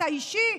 את האישי,